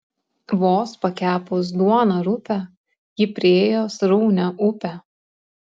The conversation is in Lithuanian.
vos pakepus duoną rupią ji priėjo sraunią upę